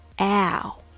OW